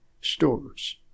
stores